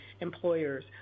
employers